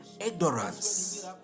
ignorance